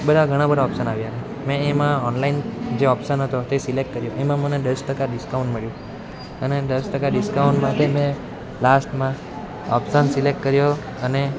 બધા ઘણા બધા ઓપ્શન આવ્યા મેં એમાં ઓનલાઈન જે ઓપ્શન હતો તે સિલેક્ટ કર્યો એમાં મને દસ ટકા ડિસ્કાઉન્ટ મળ્યું અને દસ ટકા ડિસ્કાઉન્ટમાં તો મેં લાસ્ટમાં ઓપ્શન સિલેક્ટ કર્યો